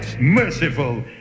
merciful